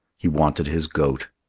he wanted his goat.